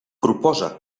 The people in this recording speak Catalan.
proposa